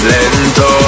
Lento